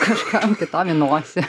kažkam kitam į nosį